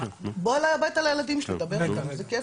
בוא אליי הביתה לילדים שלי, דבר איתם, איזה כיף